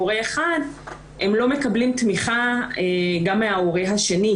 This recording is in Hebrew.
הם לא מקבלים תמיכה גם מן ההורה השני,